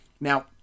Now